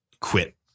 quit